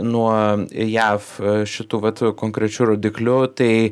nuo jav šitu vat konkrečiu rodikliu tai